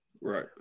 Right